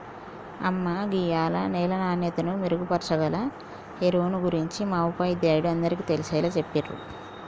అమ్మ గీయాల నేల నాణ్యతను మెరుగుపరచాగల ఎరువుల గురించి మా ఉపాధ్యాయుడు అందరికీ తెలిసేలా చెప్పిర్రు